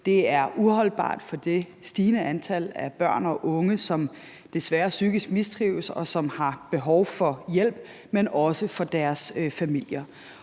Det er uholdbart for det stigende antal af børn og unge, som desværre mistrives psykisk, og som har behov for hjælp, men også for deres familier.